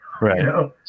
Right